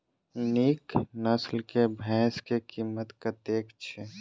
नीक नस्ल केँ भैंस केँ कीमत कतेक छै?